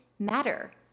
matter